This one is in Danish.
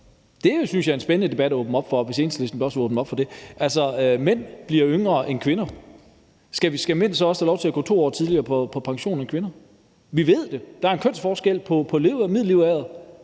synes jeg, det er en spændende debat at åbne op for, altså hvis Enhedslisten også vil åbne op for det. Altså, mænd bliver yngre end kvinder. Skal mænd så også have lov til at gå 2 år tidligere på pension end kvinder? Vi ved det: Der er en kønsforskel på middellevealderen.